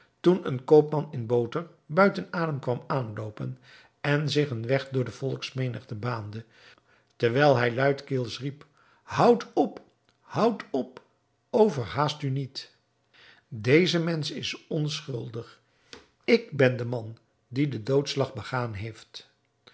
toen een koopman in boter buiten adem kwam aanloopen en zich een weg door de volksmenigte baande terwijl hij luidkeels riep houd op houd op overhaast u niet deze mensch is onschuldig ik ben de man die den doodslag begaan heeft